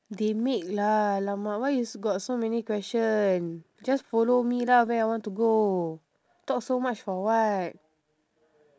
they make lah !alamak! why you got so many question just follow me lah where I want to go talk so much for what